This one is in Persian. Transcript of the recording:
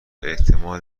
احتمال